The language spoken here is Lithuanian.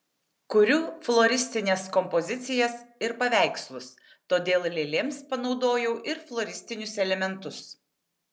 kuriu floristines kompozicijas ir paveikslus todėl lėlėms panaudojau ir floristinius elementus